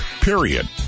period